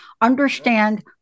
understand